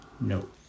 No